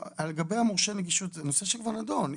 מורשה נגישות זה נושא שכבר נדון.